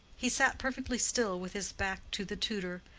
he sat perfectly still with his back to the tutor,